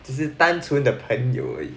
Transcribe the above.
只是单纯的朋友而已